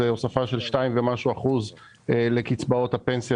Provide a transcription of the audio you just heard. היא הוספה של 2 ומשהו אחוזים לקצבאות הפנסיה